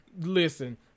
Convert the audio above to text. Listen